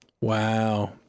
wow